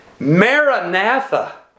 Maranatha